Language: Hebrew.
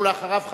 ואחריו,